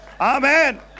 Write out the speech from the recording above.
Amen